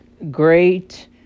Great